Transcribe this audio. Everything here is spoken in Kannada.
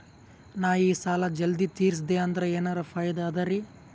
ನಾ ಈ ಸಾಲಾ ಜಲ್ದಿ ತಿರಸ್ದೆ ಅಂದ್ರ ಎನರ ಫಾಯಿದಾ ಅದರಿ?